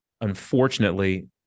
unfortunately